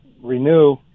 renew